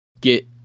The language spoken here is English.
get